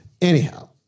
Anyhow